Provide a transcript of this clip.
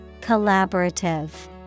Collaborative